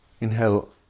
Inhale